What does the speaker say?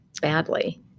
badly